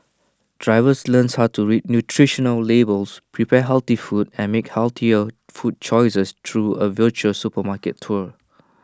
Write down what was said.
drivers learns how to read nutritional labels prepare healthy food and make healthier food choices through A virtual supermarket tour